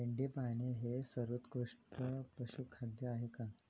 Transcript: मेंढी पाळणे हे सर्वोत्कृष्ट पशुखाद्य आहे का?